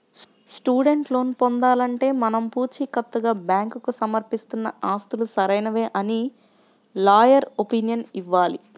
student loan పొందాలంటే మనం పుచీకత్తుగా బ్యాంకుకు సమర్పిస్తున్న ఆస్తులు సరైనవే అని లాయర్ ఒపీనియన్ ఇవ్వాలి